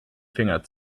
finger